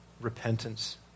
repentance